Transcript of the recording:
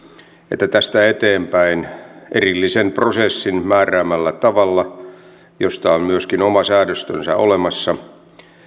että tästä eteenpäin erillisen prosessin määräämällä tavalla josta on myöskin oma säädöstönsä olemassa